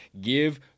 Give